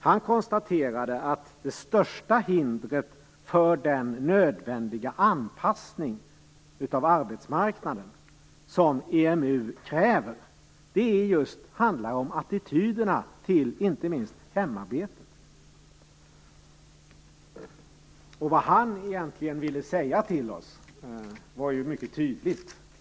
Han konstaterade att det största hindret för den nödvändiga anspassning av arbetsmarknaden som EMU kräver handlar om attityderna till inte minst hemarbetet. Vad han egentligen ville säga till oss var mycket tydligt.